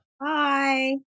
Bye